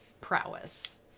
prowess